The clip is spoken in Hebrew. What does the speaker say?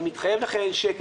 אני מתחייב לכם - אין שקל.